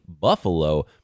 Buffalo